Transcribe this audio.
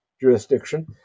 jurisdiction